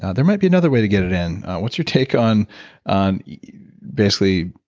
ah there might be another way to get it in. what's your take on on basically,